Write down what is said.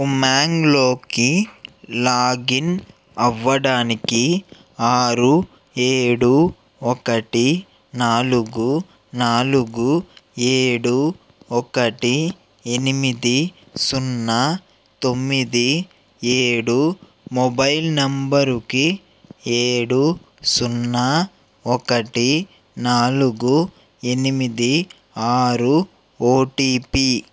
ఉమాంగ్లోకి login అవ్వడానికి ఆరు ఏడు ఒకటి నాలుగు నాలుగు ఏడు ఒకటి ఎనిమిది సున్నా తొమ్మిది ఏడు మొబైల్ నెంబరుకి ఏడు సున్నా ఒకటి నాలుగు ఎనిమిది ఆరు ఓటిపి